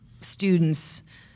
students